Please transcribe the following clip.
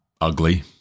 ugly